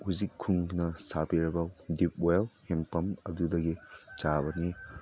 ꯍꯧꯖꯤꯛ ꯈꯨꯟꯅ ꯁꯥꯕꯤꯔꯒ ꯗꯤꯞ ꯋꯦꯜ ꯍꯦꯟꯄꯝ ꯑꯗꯨꯗꯒꯤ ꯆꯥꯕꯅꯤ